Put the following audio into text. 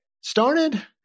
Started